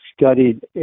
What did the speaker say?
studied